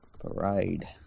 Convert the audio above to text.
Parade